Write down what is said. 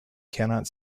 cannot